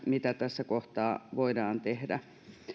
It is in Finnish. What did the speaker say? mitä tässä kohtaa voidaan tehdä